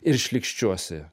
ir šlykščiuosi